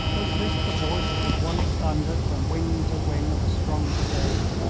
was this the voice that had once thundered from wing to wing of a strong brigade?